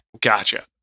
Gotcha